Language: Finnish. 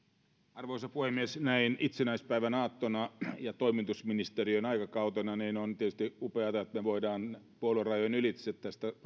arvoisa puhemies näin itsenäisyyspäivän aattona ja toimitusministeriön aikakautena on tietysti upeata että me voimme puoluerajojen ylitse